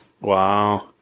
Wow